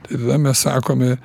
tai tada mes sakome